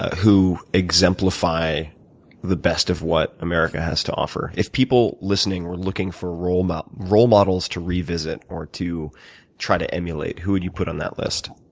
who exemplify the best of what america has to offer? if people listening were looking for role um ah role models to revisit, or to try to emulate, who would you put on that list?